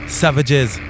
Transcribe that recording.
savages